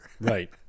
right